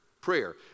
Prayer